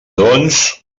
doncs